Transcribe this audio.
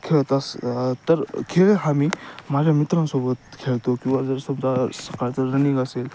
खेळत अस तर खेळ हा मी माझ्या मित्रांसोबत खेळतो किंवा जर समजा सकाळचं रनिंग असेल